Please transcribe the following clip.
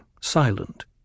silent